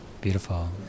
Beautiful